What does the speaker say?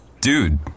dude